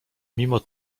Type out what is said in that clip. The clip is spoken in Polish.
mimo